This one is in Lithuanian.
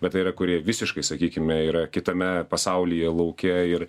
bet tai yra kurie visiškai sakykime yra kitame pasaulyje lauke ir